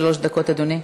שלוש דקות, אדוני.